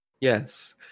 yes